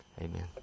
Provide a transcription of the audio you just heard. amen